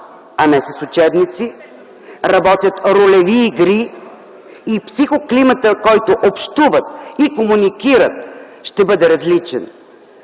а не с учебници, работят ролеви игри. Психоклиматът, в който общуват и комуникират, ще бъде различен.